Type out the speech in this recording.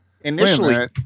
initially